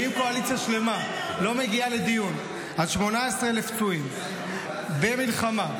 ואם קואליציה שלמה לא מגיעה לדיון על 18,000 פצועים במלחמה,